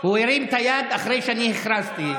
הוא הרים את היד אחרי שאני הכרזתי,